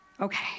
Okay